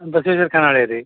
ಬಸವೇಶ್ವರ ಖಾನಾವಳಿ ರೀ